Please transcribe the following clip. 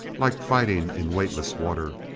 like fighting in weightless water.